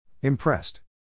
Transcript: Impressed